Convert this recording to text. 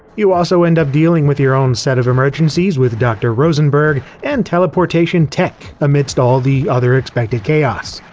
you also end up dealing with your own set of emergencies with dr. rosenberg and teleportation tech amidst all the other expected chaos.